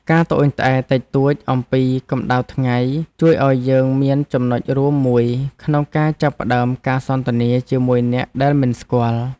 ការត្អូញត្អែរតិចតួចអំពីកម្ដៅថ្ងៃជួយឱ្យយើងមានចំណុចរួមមួយក្នុងការចាប់ផ្តើមការសន្ទនាជាមួយអ្នកដែលមិនស្គាល់។